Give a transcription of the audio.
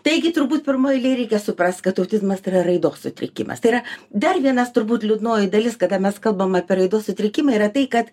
taigi turbūt pirmoj eilėj reikia suprast kad autizmas tai yra raidos sutrikimas tai yra dar vienas turbūt liūdnoji dalis kada mes kalbam apie raidos sutrikimą yra tai kad